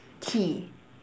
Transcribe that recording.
tea